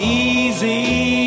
easy